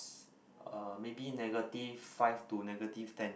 uh maybe negative five to negative ten